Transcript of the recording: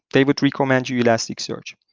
they would recommend you elasticsearch.